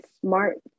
smart